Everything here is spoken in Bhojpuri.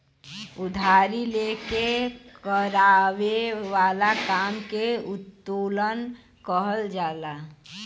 उधारी ले के बड़ावे वाला काम के उत्तोलन कहल जाला